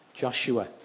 Joshua